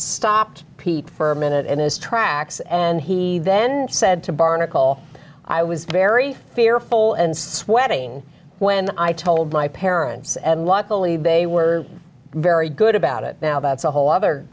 stopped pete for a minute in his tracks and he then said to barnicle i was very fearful and sweating when i told my parents and luckily they were very good about it now that's a whole other